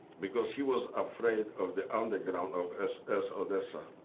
because he was afraid of the underground of ss odessa.